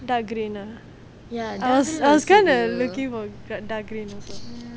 dark green ah I was I was going to look for dark green also